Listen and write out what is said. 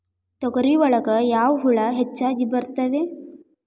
ತೊಗರಿ ಒಳಗ ಯಾವ ಹುಳ ಹೆಚ್ಚಾಗಿ ಬರ್ತವೆ?